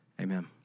amen